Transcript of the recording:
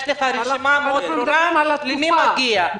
יש לך רשימה ברורה מאוד למי מגיע.